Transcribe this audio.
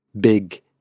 Big